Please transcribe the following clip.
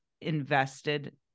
invested